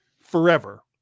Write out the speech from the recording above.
forever